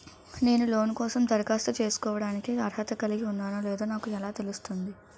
నేను లోన్ కోసం దరఖాస్తు చేసుకోవడానికి అర్హత కలిగి ఉన్నానో లేదో నాకు ఎలా తెలుస్తుంది?